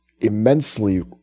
immensely